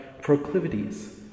proclivities